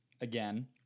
again